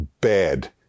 bad